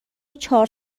چهار